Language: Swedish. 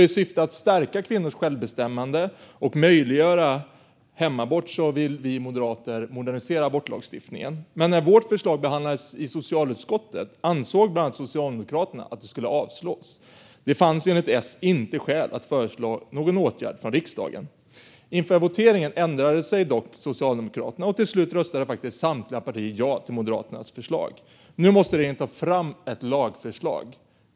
I syfte att stärka kvinnors självbestämmande och möjliggöra hemabort vill vi moderater modernisera abortlagstiftningen. Men när vårt förslag behandlades i socialutskottet ansåg bland annat Socialdemokraterna att det skulle avslås. Det fanns enligt S inte skäl att föreslå någon åtgärd från riksdagen. Inför voteringen ändrade sig dock Socialdemokraterna, och till slut röstade faktiskt samtliga partier ja till Moderaternas förslag. Nu måste regeringen ta fram ett lagförslag.